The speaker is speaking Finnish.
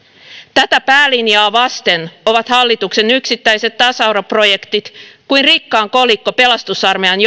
tätä päälinjaa vasten ovat hallituksen yksittäiset tasa arvoprojektit kuin rikkaan kolikko pelastusarmeijan